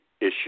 issue